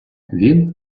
він